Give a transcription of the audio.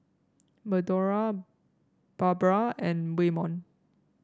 Madora Barbra and Waymon